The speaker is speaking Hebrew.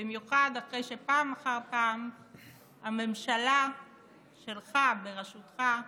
במיוחד אחרי שפעם אחר פעם הממשלה שלך, בראשותך,